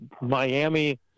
Miami